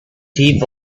thief